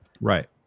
Right